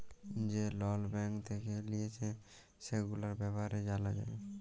যে লল ব্যাঙ্ক থেক্যে লিয়েছে, সেগুলার ব্যাপারে জালা যায়